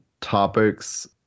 topics